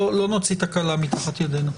לא נוציא תקלה מתחת ידנו.